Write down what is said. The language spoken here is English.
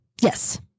Yes